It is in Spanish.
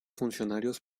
funcionarios